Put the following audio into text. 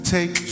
Take